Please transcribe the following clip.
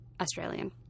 Australian